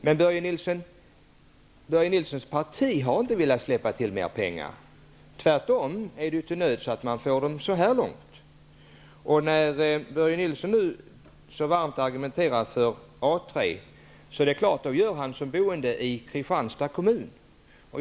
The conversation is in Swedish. Men Börje Nilssons parti har inte velat släppa till mer pengar, tvärtom är det ju knappt att man får dem så här långt. När Börje Nilsson nu så varmt agerar för A 3 gör han det naturligtvis som boende i Kristianstad kommun.